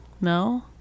No